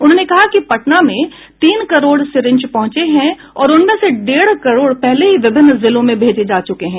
उन्होंने कहा कि पटना में तीन करोड़ सिरिंज पहुंचे है और उनमें से डेढ़ करोड़ पहले ही विभिन्न जिलों में भेजे जा चूके हैं